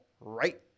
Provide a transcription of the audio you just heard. right